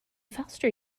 faster